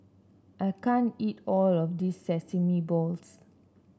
I can't eat all of this Sesame Balls